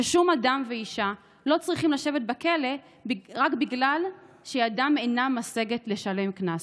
ששום אדם ואישה לא צריכים לשבת בכלא רק בגלל שידם אינה משגת לשלם קנס.